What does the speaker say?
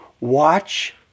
watch